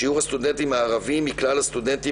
שיעור הסטודנטים הערביים מכלל הסטודנטים